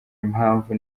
impamvu